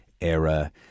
Era